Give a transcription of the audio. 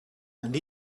and